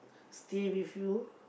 stay with you